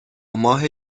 ماه